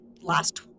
last